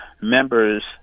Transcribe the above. members